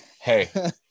hey